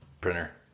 Printer